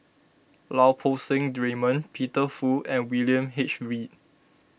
Lau Poo Seng Raymond Peter Fu and William H Read